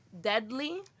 Deadly